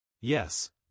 Yes